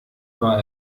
war